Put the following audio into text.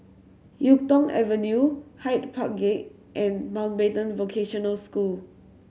Yuk Tong Avenue Hyde Park Gate and Mountbatten Vocational School